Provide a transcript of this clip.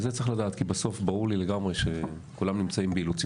בסוף ברור לי שכולם נמצאים באילוצים